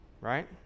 right